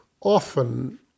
often